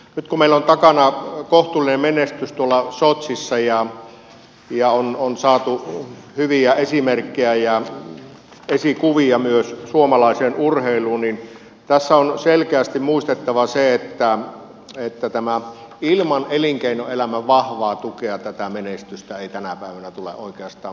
nyt kun meillä on takana kohtuullinen menestys tuolla sotsissa ja on saatu hyviä esimerkkejä ja esikuvia myös suomalaiseen urheiluun niin tässä on selkeästi muistettava se että ilman elinkeinoelämän vahvaa tukea tätä menestystä ei tänä päivänä tule oikeastaan missään lajissa